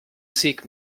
seek